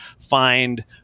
find